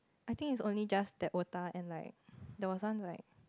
I think it's only just that otah and like there was once like